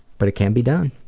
but it can be done.